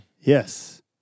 Yes